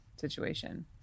situation